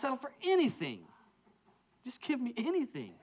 sell for anything just give me anything